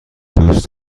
دوست